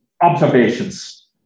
observations